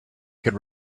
could